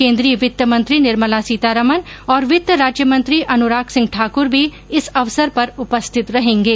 केन्द्रीय वित्त मंत्री निर्मला सीतारमन और वित्त राज्यमंत्री अनुराग सिंह ठाकुर भी इस अवसर पर उपस्थित रहेंगे